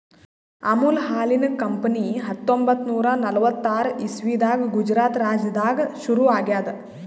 ಅಮುಲ್ ಹಾಲಿನ್ ಕಂಪನಿ ಹತ್ತೊಂಬತ್ತ್ ನೂರಾ ನಲ್ವತ್ತಾರ್ ಇಸವಿದಾಗ್ ಗುಜರಾತ್ ರಾಜ್ಯದಾಗ್ ಶುರು ಆಗ್ಯಾದ್